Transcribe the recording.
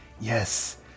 yes